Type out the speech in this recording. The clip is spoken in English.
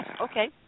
okay